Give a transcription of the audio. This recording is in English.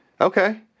Okay